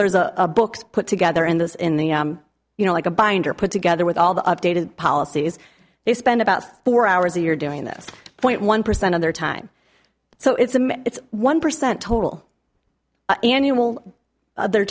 there is a book put together in this in the you know like a binder put together with all the updated policies they spend about four hours a year doing this point one percent of their time so it's a it's one percent total annual of their